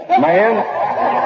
man